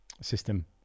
system